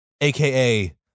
aka